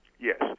Yes